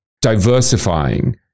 diversifying